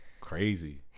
Crazy